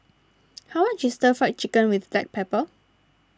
how much is Stir Fried Chicken with Black Pepper